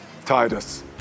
Titus